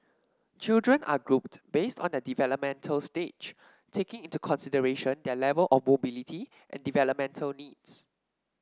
children are grouped based on their developmental stage taking into consideration their level of mobility and developmental needs